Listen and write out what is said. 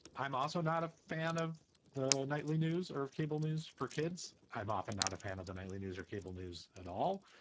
i'm also not a fan of the nightly news or cable news for kids. i'm often not a fan of the nightly news or cable news at all.